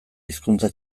hizkuntza